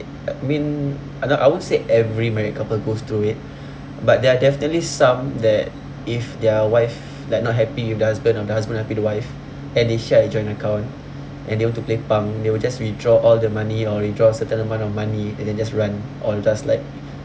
I mean not I won't say every married couple goes through it but there are definitely some that if their wife like not happy with the husband or the husband not happy with the wife and they shut the joint account and they want to play punk they will just withdraw all the money or withdraw certain amount of money and then just run or just like